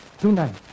tonight